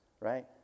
right